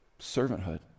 Servanthood